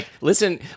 listen